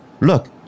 Look